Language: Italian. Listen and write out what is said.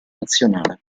nazionale